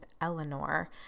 Eleanor